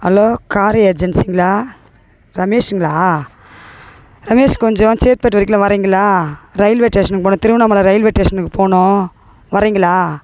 hello car ஏஜென்சிங்களா ரமேஷுங்களா ரமேஷ் கொஞ்சம் சேத்துபட்டு வரைக்கும் வரீங்களா ரயில்வே ஸ்டேஷனுக்கு போகணும் திருவண்ணாமலை ரயில்வே ஸ்டேஷனுக்கு போகணும் வரீங்களா